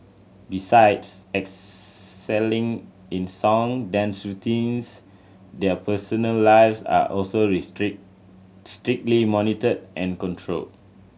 besides excelling in song dance routines their personal lives are also restrict strictly monitored and controlled